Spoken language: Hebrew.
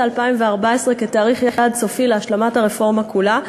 2014 כתאריך יעד סופי להשלמת הרפורמה כולה,